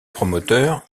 promoteur